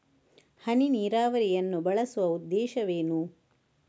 ಹನಿ ನೀರಾವರಿಯನ್ನು ಬಳಸುವ ಉದ್ದೇಶವೇನು?